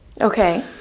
Okay